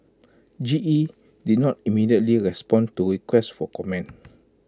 G E did not immediately respond to requests for comment